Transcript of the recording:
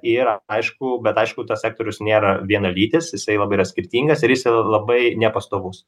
yra aišku bet aišku tas sektorius nėra vienalytis jisai labai skirtingas ir jis labai nepastovus